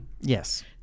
Yes